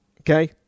okay